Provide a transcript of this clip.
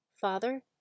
Father